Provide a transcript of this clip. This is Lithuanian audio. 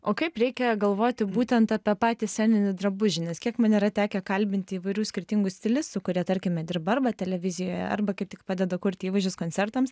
o kaip reikia galvoti būtent apie patį sceninį drabužį nes kiek man yra tekę kalbinti įvairių skirtingų stilistų kurie tarkime dirba arba televizijoje arba kaip tik padeda kurti įvaizdžius koncertams